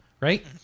right